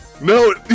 No